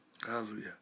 Hallelujah